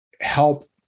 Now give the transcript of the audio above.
help